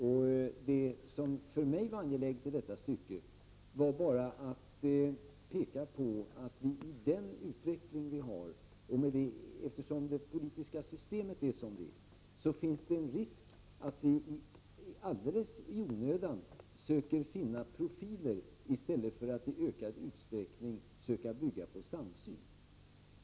Med det var angeläget för mig att här påpeka att eftersom det politiska systemet är som det är, finns det en risk att vi alldeles i onödan söker finna konflikter i stället för att i ökad utsträckning försöka bygga på samsyn.